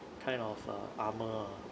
kind of err armour ah